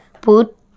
put